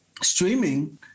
streaming